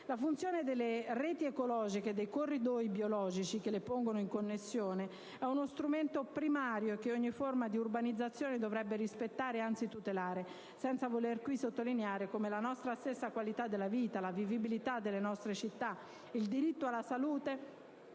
La funzione delle reti ecologiche e dei corridoi biologici che le pongono in connessione è uno strumento primario che ogni forma di urbanizzazione dovrebbe rispettare ed anzi tutelare; senza voler qui sottolineare come la nostra stessa qualità della vita, la vivibilità delle nostre città e il diritto alla salute